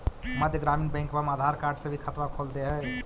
मध्य ग्रामीण बैंकवा मे आधार कार्ड से भी खतवा खोल दे है?